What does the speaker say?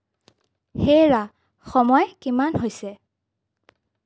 হেৰা সময় কিমান হৈছে